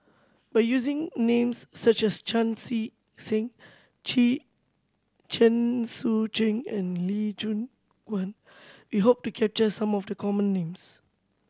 by using names such as Chan See Seng Chee Chen Sucheng and Lee Choon Guan we hope to capture some of the common names